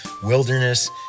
wilderness